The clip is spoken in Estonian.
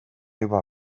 juba